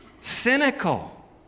cynical